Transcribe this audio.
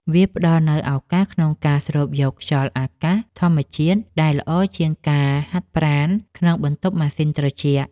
វាផ្ដល់នូវឱកាសក្នុងការស្រូបយកខ្យល់អាកាសធម្មជាតិ ដែលល្អជាងការហាត់ប្រាណក្នុងបន្ទប់ម៉ាស៊ីនត្រជាក់។